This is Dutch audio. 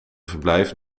verblijf